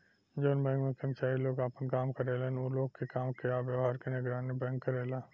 जवन बैंक में कर्मचारी लोग काम करेलन उ लोग के काम के आ व्यवहार के निगरानी बैंक करेला